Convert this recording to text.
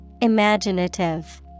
Imaginative